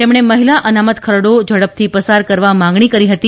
તેમણે મહિલા અનામત ખરડો ઝડપથી પસાર કરવા માગણી કરી હતી